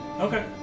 Okay